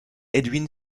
edwin